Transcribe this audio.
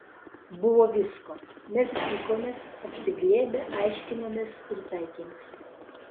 buvo visko mes pykomės apsiglėbę aiškinomės ir taikėmės